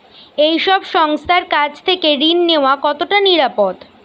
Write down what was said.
এই সব সংস্থার কাছ থেকে ঋণ নেওয়া কতটা নিরাপদ?